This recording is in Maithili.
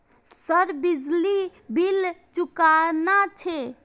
सर बिजली बील चूकेना छे?